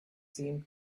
seemed